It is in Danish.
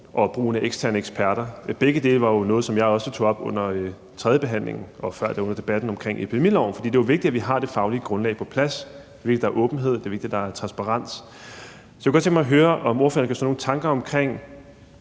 og brugen af eksterne eksperter. Begge dele var jo noget, som jeg også tog op under tredjebehandlingen og før det under debatten om epidemiloven, for det er jo vigtigt, at vi har det faglige grundlag på plads, det er vigtigt, at der er åbenhed, det er vigtigt, der er transparens. Så jeg kunne godt tænke mig at høre, om ordføreren mere konkret